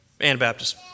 Anabaptist